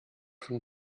von